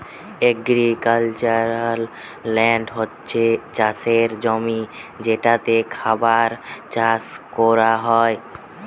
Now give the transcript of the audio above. agricultural land হচ্ছে চাষের জমি যেটাতে খাবার চাষ কোরা হয়